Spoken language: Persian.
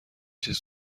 چیز